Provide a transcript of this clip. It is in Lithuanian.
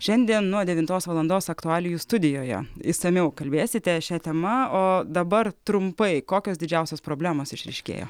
šiandien nuo devintos valandos aktualijų studijoje išsamiau kalbėsite šia tema o dabar trumpai kokios didžiausios problemos išryškėjo